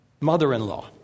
mother-in-law